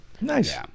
Nice